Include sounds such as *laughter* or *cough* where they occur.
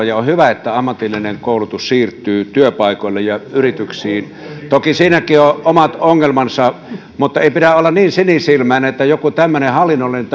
*unintelligible* ja on on hyvä että ammatillinen koulutus siirtyy työpaikoille ja yrityksiin toki siinäkin on omat ongelmansa mutta ei pidä olla niin sinisilmäinen että joku tämmöinen hallinnollinen *unintelligible*